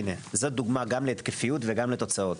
זו דוגמה גם להתקפיות וגם לתוצאות.